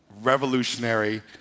revolutionary